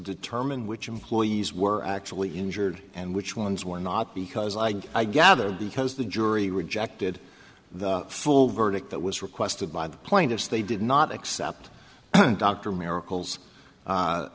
determine which employees were actually injured and which ones were not because i i gather because the jury rejected the full verdict that was requested by the plaintiffs they did not accept dr miracles